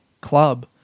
club